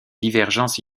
divergence